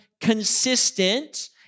consistent